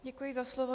Děkuji za slovo.